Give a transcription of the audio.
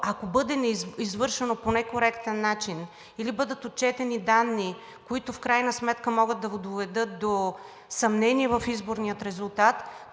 ако бъде извършено по некоректен начин или бъдат отчетени данни, които в крайна сметка могат да доведат до съмнение в изборния резултат,